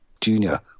Junior